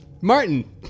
Martin